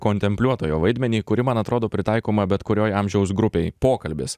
kontempliuotojo vaidmenį kuri man atrodo pritaikoma bet kurioj amžiaus grupėj pokalbis